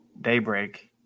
Daybreak